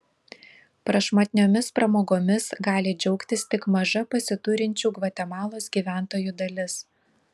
prašmatniomis pramogomis gali džiaugtis tik maža pasiturinčių gvatemalos gyventojų dalis